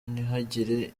ntihagire